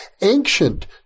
ancient